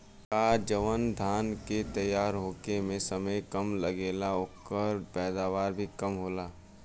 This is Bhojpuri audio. का जवन धान के तैयार होखे में समय कम लागेला ओकर पैदवार भी कम होला?